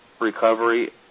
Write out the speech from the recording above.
recovery